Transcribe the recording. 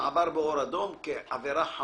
עבירה של רמזור אדום יש בינה עבירות של